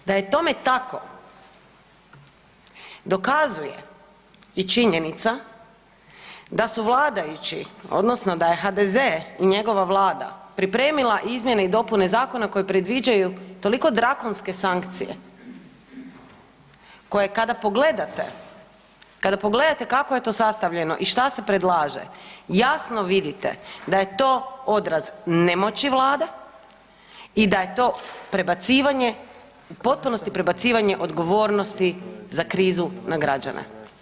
Da je tome tako, dokazuje i činjenica da su vladajući, odnosno da je HDZ i njegova Vlada pripremila izmjene i dopune zakona koje predviđaju toliko drakonske sankcije koje kada pogledate, kada pogledate kako je to sastavljeno i što se predlaže, jasno vidite da je to odraz nemoći Vlade i da je to prebacivanje, u potpunosti prebacivanje odgovornosti za krizu na građane.